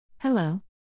Hello